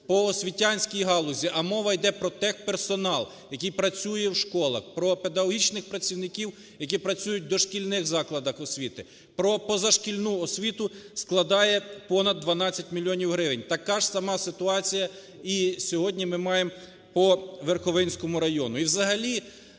по освітянській галузі, а мова йде про техперсонал, який працює в школах, про педагогічних працівників, які працюють у дошкільних закладах освіти, про позашкільну освіту, складає понад 12 мільйонів гривень. Таку ж саму ситуація сьогодні ми маємо Верховинському району.